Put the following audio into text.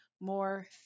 more